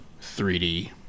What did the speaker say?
3D